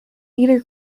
eater